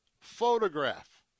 photograph